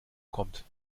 kommt